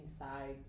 inside